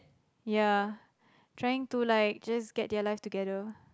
ya trying to like just get your life together